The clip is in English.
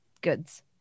goods